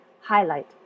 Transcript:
Highlight